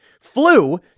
flew